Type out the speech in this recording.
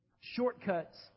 Shortcuts